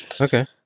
Okay